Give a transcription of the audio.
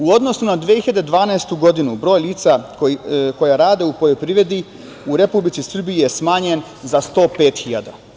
U odnosu na 2012. godinu broj lica koja rade u poljoprivredi u Republici Srbiji je smanjen za 105.000.